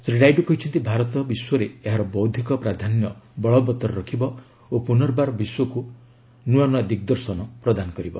ଶ୍ରୀ ନାଇଡୁ କହିଛନ୍ତି ଭାରତ ବିଶ୍ୱରେ ଏହାର ବୌଦ୍ଧିକ ପ୍ରାଧାନ୍ୟ ବଳବତ୍ତର ରଖିବ ଓ ପୁର୍ନବାର ବିଶ୍ୱକୁ ନୂଆ ନୂଆ ଦିଗ୍ଦର୍ଶନ ପ୍ରଦାନ କରିବ